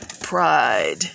pride